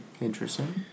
Interesting